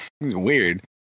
weird